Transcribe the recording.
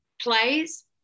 plays